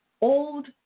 old